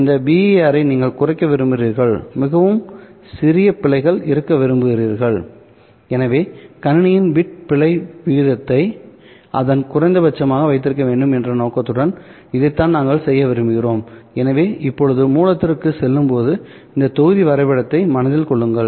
இந்த BER ஐ நீங்கள் குறைக்க விரும்புகிறீர்கள் மிகவும் சிறிய பிழைகள் இருக்க விரும்புகிறீர்கள் எனவே கணினியின் பிட் பிழை விகிதத்தை அதன் குறைந்தபட்சமாக வைத்திருக்க வேண்டும் என்ற நோக்கத்துடன் இதைத்தான் நாங்கள் செய்ய விரும்புகிறோம் எனவே இப்போது மூலத்திற்குச் செல்லும்போது இந்த தொகுதி வரைபடத்தை மனதில் கொள்ளுங்கள்